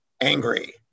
angry